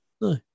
No